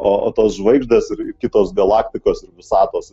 o o tos žvaigždės ir kitos galaktikos ir visatos